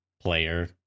player